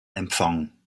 empfang